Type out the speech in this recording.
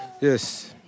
Yes